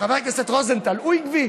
חבר הכנסת רוזנטל, הוא עקבי.